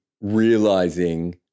realizing